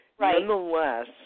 nonetheless